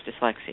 dyslexia